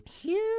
huge